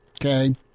okay